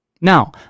Now